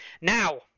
Now